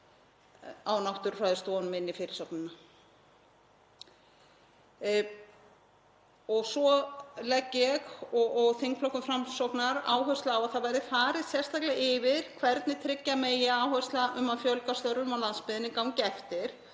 á náttúrustofunum inn í fyrirsögnina. Svo legg ég og þingflokkur Framsóknar áherslu á að það verði farið sérstaklega yfir hvernig tryggja megi að áhersla á að fjölga störfum á landsbyggðinni gangi